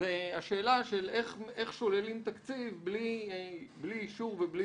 זה השאלה של איך שוללים תקציב בלי אישור ובלי